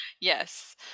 Yes